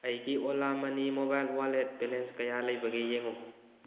ꯑꯩꯒꯤ ꯑꯣꯂꯥ ꯃꯅꯤ ꯃꯣꯕꯥꯏꯜ ꯋꯥꯂꯦꯠ ꯕꯦꯂꯦꯟꯁ ꯀꯌꯥ ꯂꯩꯕꯒꯦ ꯌꯦꯡꯉꯨ